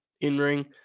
in-ring